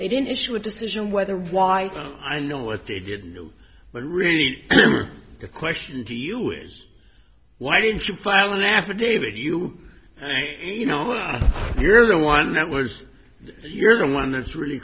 they didn't issue a decision whether or why i know what they did but really the question to you is why didn't you file an affidavit you you know you're the one that was you're the one that's really